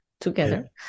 together